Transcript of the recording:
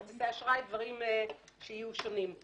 כרטיסי אשראי או דברים שיהיו שונים.